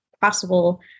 possible